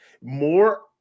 more